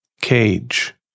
cage